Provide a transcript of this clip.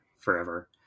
forever